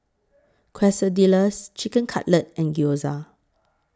Quesadillas Chicken Cutlet and Gyoza